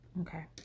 Okay